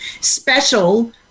special